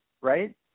right